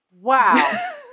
Wow